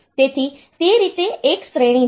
તેથી તે રીતે એક શ્રેણી છે